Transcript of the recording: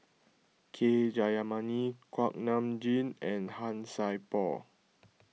K Jayamani Kuak Nam Jin and Han Sai Por